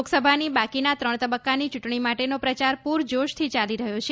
લોકસભાની બાકીના ત્રણ તબક્કાની ચૂંટણી માટેનો પ્રચાર પૂરજોશથી ચાલી રહ્યો છે